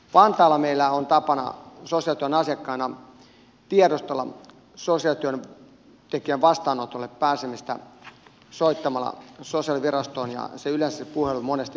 vantaalla meillä sosiaalityön asiakkailla on tapana tiedustella sosiaalityöntekijän vastaanotolle pääsemistä soittamalla sosiaalivirastoon ja yleensä se puhelu monesti menee vahtimestarille